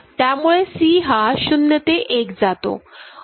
त्यामुळे C हा 0 ते 1 जातो